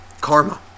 karma